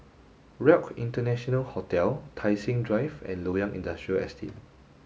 Relc International Hotel Tai Seng Drive and Loyang Industrial Estate